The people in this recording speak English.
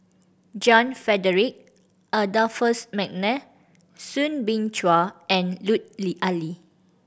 John Frederick Adolphus McNair Soo Bin Chua and Lut Ali